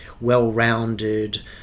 well-rounded